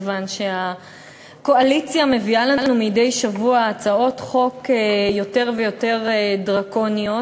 מכיוון שהקואליציה מביאה לנו מדי שבוע הצעות חוק יותר ויותר דרקוניות.